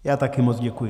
Já taky moc děkuji.